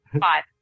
Five